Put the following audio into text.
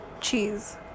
cheese